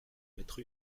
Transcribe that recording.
mettre